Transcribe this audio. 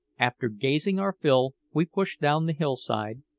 after gazing our fill we pushed down the hillside,